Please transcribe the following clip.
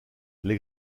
les